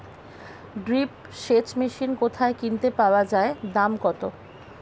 Drip সেচ machine কোথায় কিনতে পাওয়া যায় দাম কত?